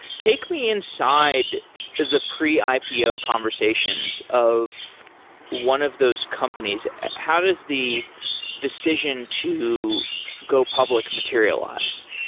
take me inside the pre-ipo conversations of one of those companies. how does the decision to go public materialize?